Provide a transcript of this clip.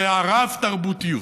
זה הרב-תרבותיות,